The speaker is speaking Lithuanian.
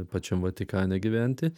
pačiam vatikane gyventi